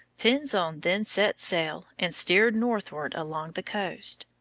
pinzon then set sail and steered northward along the coast.